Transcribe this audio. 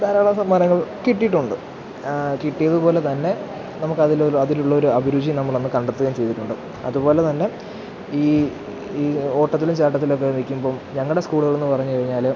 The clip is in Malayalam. ധാരാളം സമ്മാനങ്ങൾ കിട്ടിയിട്ടുണ്ട് കിട്ടിയതു പോലെ തന്നെ നമുക്കതിലൊരു അതിലുള്ളൊരു അഭിരുചി നമ്മളന്ന് കണ്ടെത്തുകയും ചെയ്തിട്ടുണ്ട് അതുപോലെ തന്നെ ഈ ഈ ഓട്ടത്തിലും ചാട്ടത്തിലൊക്കെ നില്ക്കുമ്പോള് ഞങ്ങളുടെ സ്കൂളുകളെന്നു പറഞ്ഞു കഴിഞ്ഞാല്